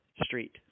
Street